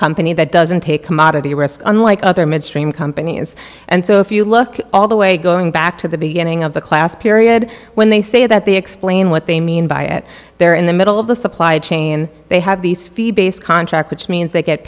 company that doesn't take commodity rest unlike other midstream companies and so if you look all the way going back to the beginning of the class period when they say that they explain what they mean by it they're in the middle of the supply chain they have these fee based contract which means they get